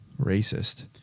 racist